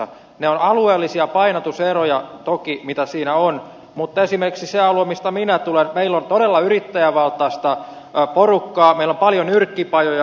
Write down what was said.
ne ovat alueellisia painotuseroja toki mitä siinä on mutta esimerkiksi sillä alueella mistä minä tulen meillä on todella yrittäjävaltaista porukkaa meillä on paljon nyrkkipajoja